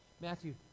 Matthew